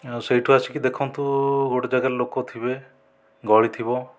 ଆଉ ସେହିଠୁ ଆସିକି ଦେଖନ୍ତୁ ଗୋଟିଏ ଯାଗାରେ ଲୋକ ଥିବେ ଗହଳି ଥିବ